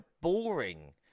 boring